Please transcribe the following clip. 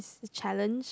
it's challenge